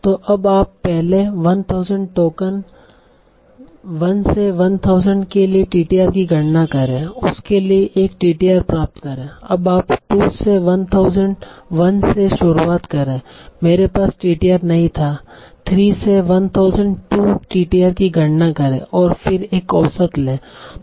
तो अब आप पहले 1000 टोकन 1 से 1000 के लिए टीटीआर की गणना करें उसके लिए एक टीटीआर प्राप्त करें अब आप 2 से 1001 से शुरुआत करें मेरे पास टीटीआर नहीं था 3 से 1002 टीटीआर की गणना करें और फिर एक औसत लें